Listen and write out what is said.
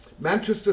Manchester